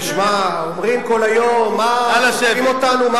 תשמע, אומרים כל היום: מה תוקפים אותנו, נא לשבת.